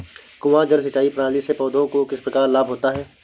कुआँ जल सिंचाई प्रणाली से पौधों को किस प्रकार लाभ होता है?